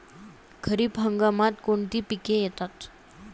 खरीप हंगामात कोणती पिके येतात?